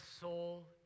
soul